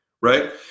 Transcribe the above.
right